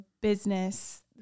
business